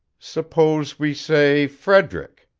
suppose we say frederick.